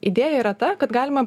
idėja yra ta kad galima